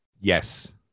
Yes